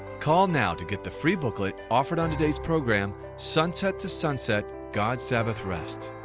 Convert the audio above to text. call now to get the free booklet offered on today's program, sunset to sunset god's sabbath rest.